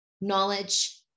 knowledge